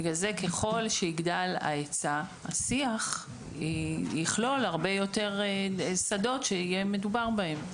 בגלל זה ככל שההיצע יגדל השיח יכלול הרבה יותר שדות שמדובר בהם.